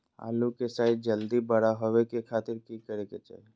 आलू के साइज जल्दी बड़ा होबे के खातिर की करे के चाही?